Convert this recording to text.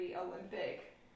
Olympic